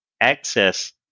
access